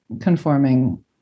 conforming